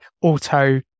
auto